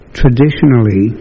traditionally